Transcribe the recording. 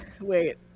Wait